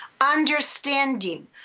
Understanding